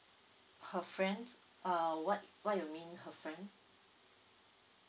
her friend uh what what you mean her friend